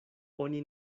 oni